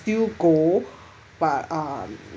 still go but um